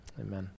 Amen